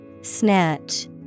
snatch